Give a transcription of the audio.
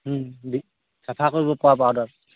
চাফা কৰিব পৰা পাউডাৰ